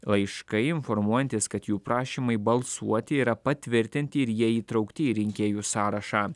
laiškai informuojantys kad jų prašymai balsuoti yra patvirtinti ir jie įtraukti į rinkėjų sąrašą